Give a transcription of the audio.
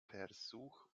versuch